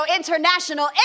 International